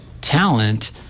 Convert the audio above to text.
talent